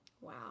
Wow